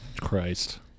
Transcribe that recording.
Christ